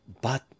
But